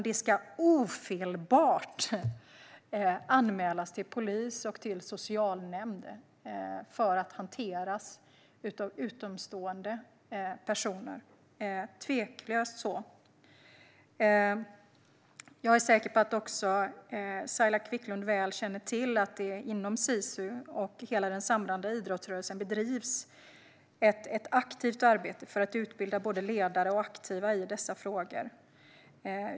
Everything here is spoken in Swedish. De ska ofelbart anmälas till polis och socialnämnd för att hanteras av utomstående personer. Det är tveklöst så. Jag är också säker på att Saila Quicklund väl känner till att det inom Sisu och hela den samlade idrottsrörelsen bedrivs ett aktivt arbete för att utbilda både ledare och aktiva i dessa frågor.